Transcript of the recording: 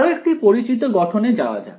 আরও একটি পরিচিত গঠনে যাওয়া যাক